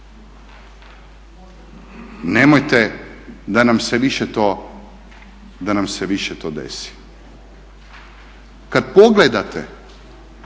Nemojte da nam se više to desi. Kad pogledate